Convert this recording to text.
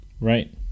right